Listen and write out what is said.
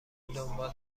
دنبال